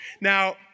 Now